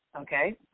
Okay